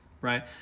right